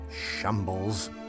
shambles